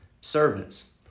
servants